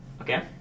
okay